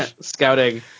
scouting